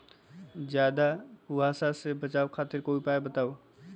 ज्यादा कुहासा से बचाव खातिर कोई उपाय बताऊ?